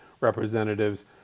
representatives